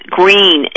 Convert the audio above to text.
green